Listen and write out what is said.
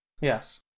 Yes